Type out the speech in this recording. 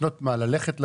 ללכת למוסד?